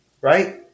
right